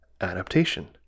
adaptation